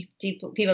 people